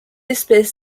espèce